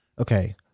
Okay